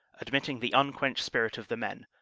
admitting the unquenched spirit of the men,